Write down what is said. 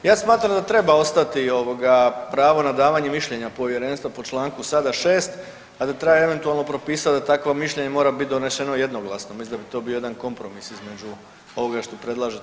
Ja smatram da treba ostati pravo na davanje mišljenja povjerenstva po članku sada 6, a da treba eventualno propisat da takvo mišljenje mora biti donešeno jednoglasno, mislim da bi to bio jedan kompromis između ovoga što predlaže